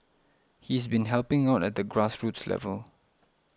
he's been helping out at the grassroots level